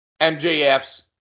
MJF's